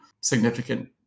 significant